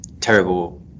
terrible